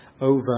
over